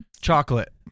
Chocolate